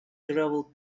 gravel